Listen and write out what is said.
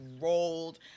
rolled